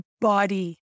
body